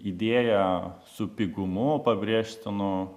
idėja su pigumu pabrėžtinu